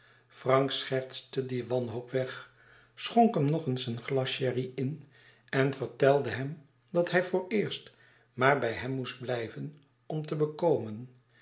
frank schertste die wanhoop weg schonk hem nog eens een glas sherry in en vertelde hem dat hij vooreerst maar bij hem moest blijven om te bekomen